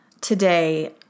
today